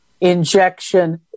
injection